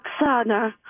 Oksana